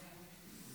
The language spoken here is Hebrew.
בבקשה.